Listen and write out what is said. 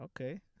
Okay